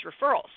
referrals